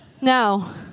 No